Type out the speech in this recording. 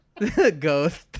Ghost